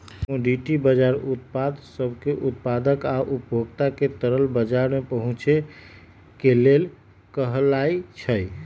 commodity बजार उत्पाद सब के उत्पादक आ उपभोक्ता के तरल बजार में पहुचे के लेल कहलाई छई